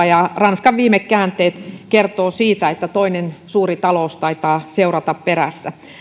ja ranskan viime käänteet kertovat siitä että toinen suuri talous taitaa seurata perässä